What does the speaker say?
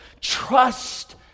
trust